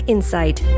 Insight